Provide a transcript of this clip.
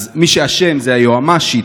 אז מי שאשם זה היועמ"שית,